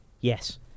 Yes